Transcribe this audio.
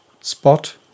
spot